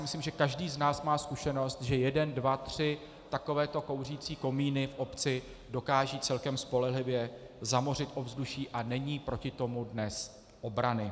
Myslím, že každý z nás má zkušenost, že jeden, dva, tři takovéto kouřící komíny v obci dokážou celkem spolehlivě zamořit ovzduší, a není proti tomu dnes obrany.